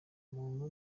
muntu